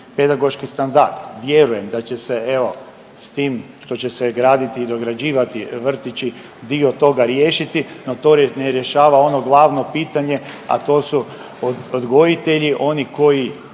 pedagoški standard. Vjerujem da će se evo, s tim što će se graditi i dograđivati vrtići, dio toga riješiti, no to ne rješava ono glavno pitanje, a to su odgojitelji, oni koji